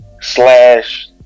slash